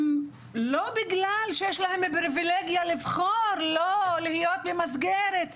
הם לא בגלל שיש להם פריבילגיה לבחור לא להיות במסגרת,